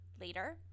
later